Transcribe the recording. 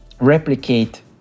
replicate